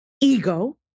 ego